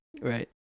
Right